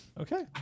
Okay